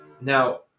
Now